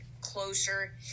closer